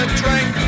drink